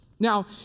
Now